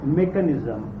mechanism